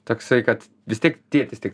toksai kad vis tiek tėtis tik